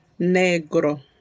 negro